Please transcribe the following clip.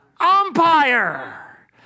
umpire